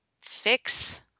fix